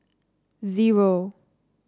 zero